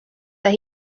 that